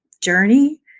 journey